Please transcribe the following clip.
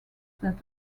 that